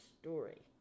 story